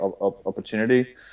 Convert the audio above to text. opportunity